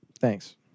Thanks